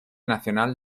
nacional